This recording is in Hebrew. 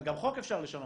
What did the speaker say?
גם חוק אפשר לשנות,